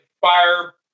fire